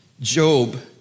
Job